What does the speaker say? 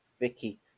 Vicky